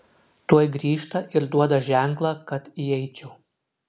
tuoj grįžta ir duoda ženklą kad įeičiau